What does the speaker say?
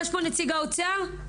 נמצא פה נציג האוצר?